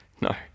No